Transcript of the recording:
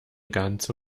ganze